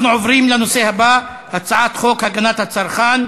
אנחנו עוברים לנושא הבא: הצעת חוק הגנת הצרכן